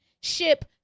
ship